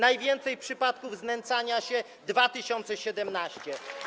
Najwięcej przypadków znęcania się - 2017 r.